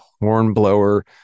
Hornblower